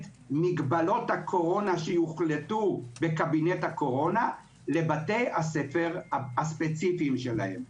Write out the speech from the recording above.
מגבלות הקורונה שיוחלטו בקבינט הקורונה לבתי הספר הספציפיים שלהם.